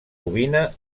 ovina